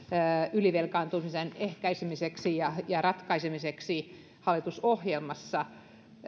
ylivelkaantumisen ehkäisemiseksi ja ja ratkaisemiseksi hallitusohjelmassa